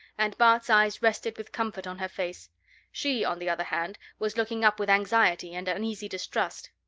and bart's eyes rested with comfort on her face she, on the other hand, was looking up with anxiety and uneasy distrust.